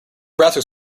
breakfast